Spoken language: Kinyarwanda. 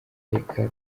reka